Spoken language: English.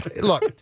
look